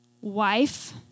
wife